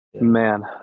Man